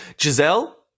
Giselle